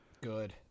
Good